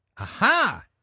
Aha